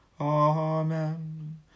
Amen